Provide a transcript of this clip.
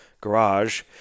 garage